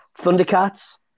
Thundercats